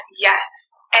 Yes